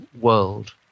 world